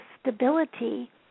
stability